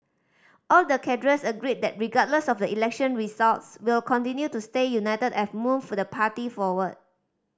all the cadres agree that regardless of the election results we'll continue to stay united and move for the party forward